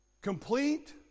complete